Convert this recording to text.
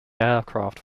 aircraft